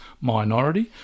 minority